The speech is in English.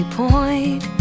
point